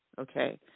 okay